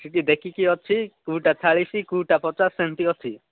ସେଇଠି ଦେଖିକି ଅଛି କେଉଁଟା ଚାଳିଶି କେଉଁଟା ପଚାଶ ଏମିତି ଅଛି